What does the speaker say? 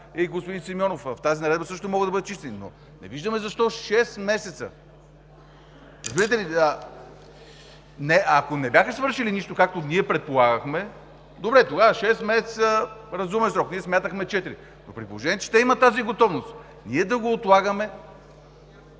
и господин Симеонов, в тази Наредба, също могат да бъдат изчистени. Но не виждаме защо шест месеца. Ако не бяха свършили нищо, както ние предполагахме, добре, тогава шест месеца – разумен срок. Ние смятахме четири. Но при положение че те имат тази готовност, ние да го отлагаме…